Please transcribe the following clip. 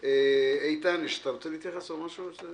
איתן, אתה רוצה להתייחס או משהו?